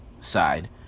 side